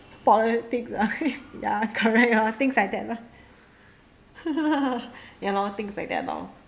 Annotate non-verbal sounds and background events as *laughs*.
politics ah *laughs* ya correct or like things like that lah *laughs* ya lor things like that lor